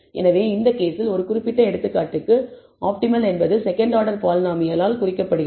எனவே இந்த கேஸில் இந்த குறிப்பிட்ட எடுத்துக்காட்டுக்கு ஆப்டிமல் என்பது செகண்ட் ஆர்டர் பாலினாமியலால் குறிக்கப்படுகிறது